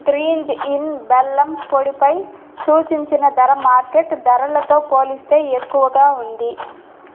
గ్రీంజ్ ఇన్ బెల్లం పొడిపై సూచించిన ధర మార్కెట్ ధరలతో పోలిస్తే ఎక్కువగా ఉంది